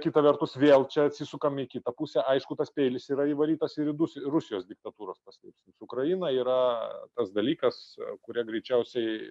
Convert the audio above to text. kita vertus vėl čia atsisukam į kitą pusę aišku tas peilis yra įvarytas ir į rus rusijos diktatūros paslėpsnius ukraina yra tas dalykas kuriuo greičiausiai